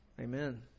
Amen